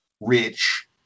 rich